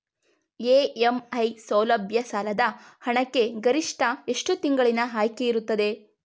EMI ಸೌಲಭ್ಯ ಸಾಲದ ಹಣಕ್ಕೆ ಗರಿಷ್ಠ ಎಷ್ಟು ತಿಂಗಳಿನ ಆಯ್ಕೆ ಇರುತ್ತದೆ?